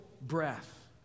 breath